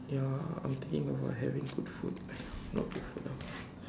ya I'm thinking about having good food !aiya! not good food lah